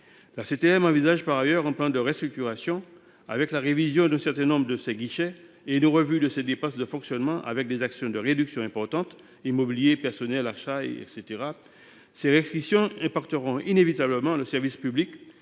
La CTM envisage, par ailleurs, un plan de restructuration, avec la révision d’un certain nombre de ses guichets et une revue de ses dépenses de fonctionnement et, par la suite, des actions de réduction importantes – immobilier, personnel, achats, etc. Ces restrictions affecteront inévitablement le service public